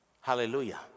Hallelujah